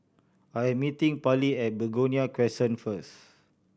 I'm meeting Parley at Begonia Crescent first